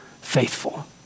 faithful